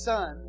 Son